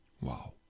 Wow